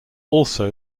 also